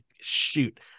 shoot